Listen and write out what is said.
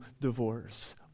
divorce